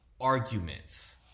arguments